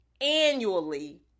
annually